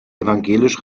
evangelisch